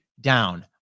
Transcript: down